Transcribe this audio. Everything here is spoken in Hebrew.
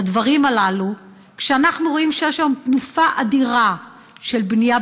לדברים הללו: אנחנו רואים שיש שם תנופה אדירה של בנייה,